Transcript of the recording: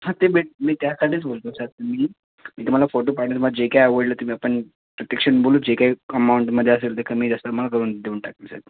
हां ते भेट मी त्यासाठीच बोलतो साहेब तुम्ही मी तुम्हाला फोटो पाठवेल तुम्हाला जे काय आवडलं ते आपण प्रत्यक्षात बोलूच जे काय अमाऊंटमध्ये असेल ते कमी जास्त तुम्हाला करून देऊन टाकेल साहेब